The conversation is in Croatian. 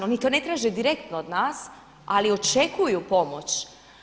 Oni to ne traže direktno od nas, ali očekuju pomoć.